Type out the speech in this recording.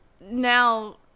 now